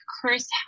Chris